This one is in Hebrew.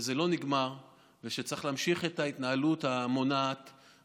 שזה לא נגמר ושצריך להמשיך את ההתנהלות המונעת,